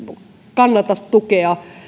kannata tukea